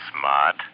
smart